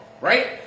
right